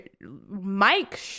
mike